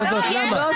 זה לא